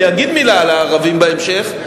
אני אגיד מלה על הערבים בהמשך,